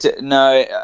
no